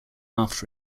aft